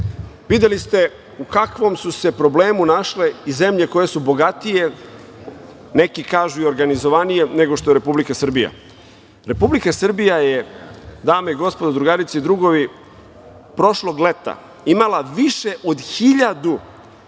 Videli ste u kakvom su se problemu našle i zemlje koje su bogatije, neki kažu i organizovanije nego što je Republika Srbija. Republika Srbija je, dame i gospodo, drugarice i drugovi, prošlog leta imala više od hiljadu